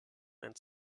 and